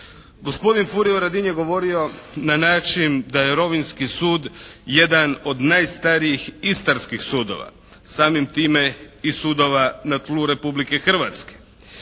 Gospodin Furio Radin je govorio na način da je rovinjski sud jedan od najstarijih istarskih sudova, samim time i sudova na tlu Republike Hrvatske.